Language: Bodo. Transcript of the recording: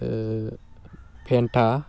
फेन्ता